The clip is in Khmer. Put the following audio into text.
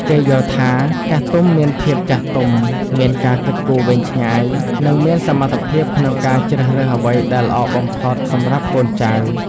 គេយល់ថា ចាស់ទុំមានភាពចាស់ទុំ មានការគិតគូរវែងឆ្ងាយ និងមានសមត្ថភាពក្នុងការជ្រើសរើសអ្វីដែលល្អបំផុតសម្រាប់កូនចៅ។